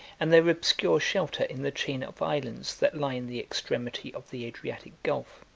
and their obscure shelter in the chain of islands that line the extremity of the adriatic gulf.